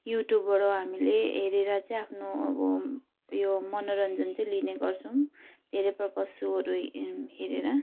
युट्युबबाट हामीले हेरेर चाहिँ आफ्नो अब उयो मनोरञ्जन चाहिँ लिने गर्छौँ धेरै प्रकारको सोहरू हेरेर